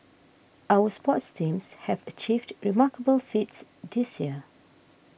our sports teams have achieved remarkable feats this year